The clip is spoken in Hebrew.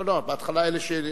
לא, לא, בהתחלה אלה שהצביעו.